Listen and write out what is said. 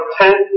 ten